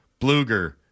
Bluger